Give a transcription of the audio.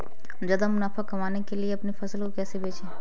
ज्यादा मुनाफा कमाने के लिए अपनी फसल को कैसे बेचें?